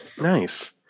Nice